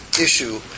issue